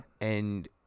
And-